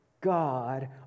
God